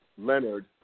Leonard